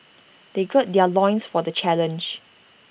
they gird their loins for the challenge